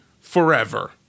forever